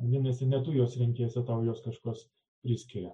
vadinasi ne tu juos renkiesi tau juos kažkas priskiria